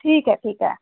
ठीक आहे ठीक आहे